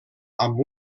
amb